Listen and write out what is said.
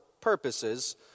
purposes